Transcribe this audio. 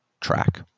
track